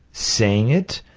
saying it,